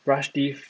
brush teeth